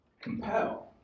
Compel